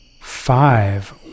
five